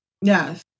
Yes